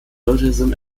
buddhism